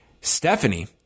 stephanie